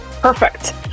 Perfect